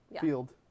Field